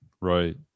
Right